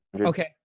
Okay